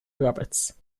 roberts